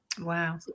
wow